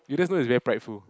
you just know it's very prideful